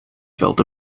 felt